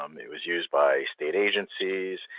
um it was used by state agencies.